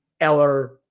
Eller